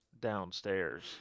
downstairs